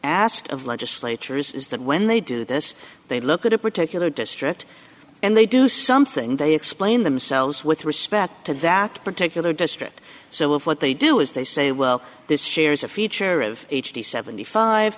asked of legislatures is that when they do this they look at a particular district and they do something they explain themselves with respect to that particular district so if what they do is they say well this shares a feature of h d seventy five